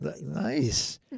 Nice